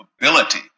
ability